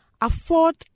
afford